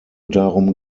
darum